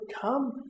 come